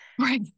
right